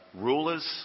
rulers